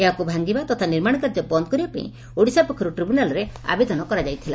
ଏହାକୁ ଭାଙ୍ଗିବା ତଥା ନିର୍ମାଣ କାର୍ଯ୍ୟ ବନ୍ଦ କରିବା ପାଇଁ ଓଡ଼ିଶା ପକ୍ଷରୁ ଟ୍ରିବ୍ୟନାଲ୍ରେ ଆବେଦନ କରାଯାଇଥିଲା